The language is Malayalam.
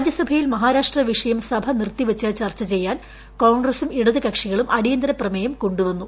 രാജ്യസഭയിൽ മഹാരാഷ്ട്ര വിഷയംസഭ നിർത്തിവച്ച് ചർച്ച ചെയ്യാൻ കോൺഗ്രസും ഇടതുകക്ഷികളും അടിയന്തരപ്രമേയം കൊണ്ടുവന്നു